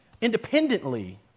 independently